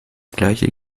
gleiche